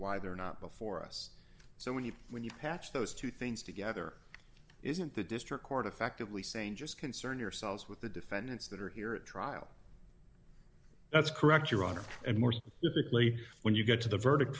why they're not before us so when you when you patch those two things together isn't the district court effectively saying just concern yourselves with the defendants that are here at trial that's correct your honor and more specifically when you get to the verdict